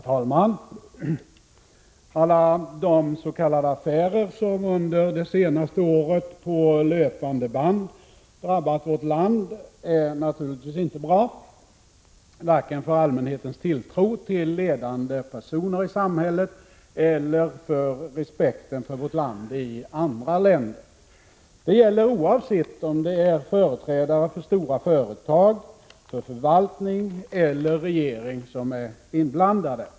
Herr talman! Den mängd av s.k. affärer som under det senaste året på löpande band drabbat vårt land är naturligtvis inte bra, varken för allmänhetens tilltro till ledande personer i samhället eller för respekten för vårt land i andra länder. Det gäller oavsett om det är företrädare för stora företag, förvaltningen eller regeringen som är inblandade.